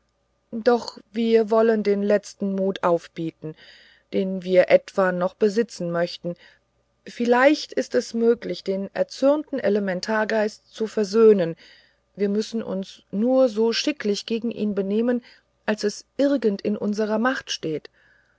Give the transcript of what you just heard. doch wir wollen den letzten mut aufbieten den wir etwa noch besitzen möchten vielleicht ist es möglich den erzürnten elementargeist zu versöhnen wir müssen uns nur so schicklich gegen ihn benehmen als es irgend in unserer macht steht